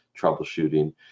troubleshooting